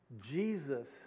Jesus